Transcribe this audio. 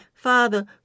Father